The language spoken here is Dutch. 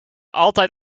altijd